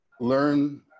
learn